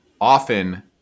often